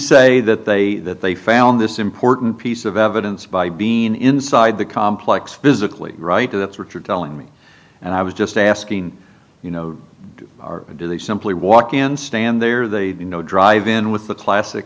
say that they that they found this important piece of evidence by being inside the complex physically right to the richard telling me and i was just asking you know or do they simply walk in stand there they you know drive in with the classic